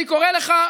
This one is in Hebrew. אני קורא לך,